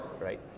right